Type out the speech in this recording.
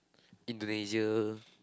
Indonesia